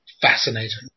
Fascinating